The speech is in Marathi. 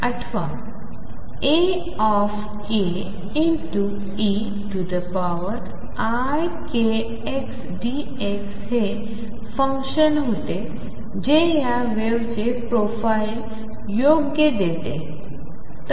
आठवा Akeikxdk हे फंक्शन होते जे या वेव्हचे प्रोफाइल योग्य देत होते